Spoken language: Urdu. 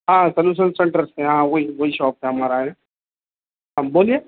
ہاں سروسز سینٹر سے ہاں وہی وہی شاپ ہمارا ہے ہاں بولیے